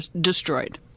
destroyed